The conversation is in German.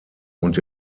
und